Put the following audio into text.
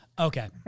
Okay